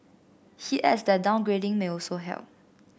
he adds that downgrading may also help